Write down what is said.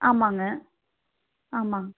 ஆமாங்க ஆமாம்